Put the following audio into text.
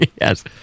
Yes